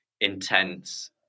intense